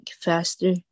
faster